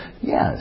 Yes